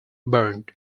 burnt